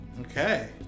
okay